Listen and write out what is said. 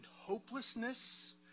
hopelessness